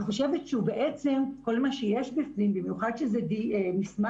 אני חושבת שבעצם כל מה שיש בפנים, במיוחד שזה מסמך